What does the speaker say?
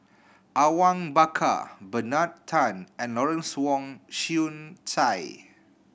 Awang Bakar Bernard Tan and Lawrence Wong Shyun Tsai